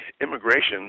immigration